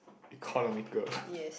economical